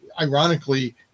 Ironically